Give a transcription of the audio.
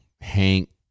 Hank